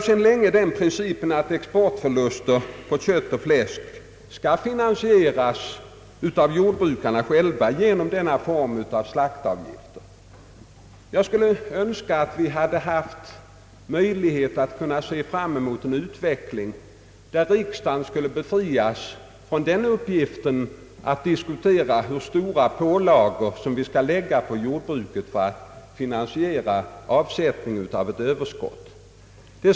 Sedan länge gäller principen att exportförluster på kött och fläsk skall finansieras av jordbrukarna själva genom denna form av slaktdjursavgifter. Jag önskar att vi hade möjlighet att se fram mot en utveckling, där riksdagen befriades från uppgiften att diskutera hur stora pålagor vi skall lägga på jordbruket för att finansiera avsättningen av överskotten.